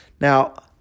Now